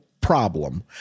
problem—